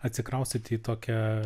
atsikraustyti į tokią